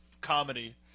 comedy